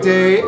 Day